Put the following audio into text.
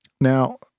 now